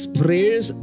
prayers